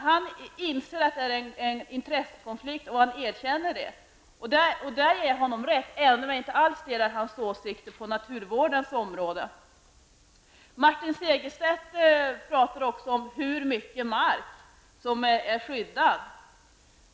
Han inser att det föreligger en intressekonflikt, och han erkänner det. På den punkten ger jag honom rätt, även om jag inte alls delar hans åsikter om naturvården. Martin Segerstedt talade också om hur mycket mark som är skyddad.